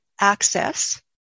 access